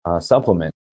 supplement